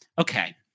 okay